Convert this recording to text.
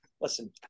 listen